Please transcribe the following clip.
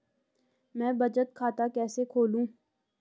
मैं बचत खाता कैसे खोलूँ?